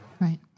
Right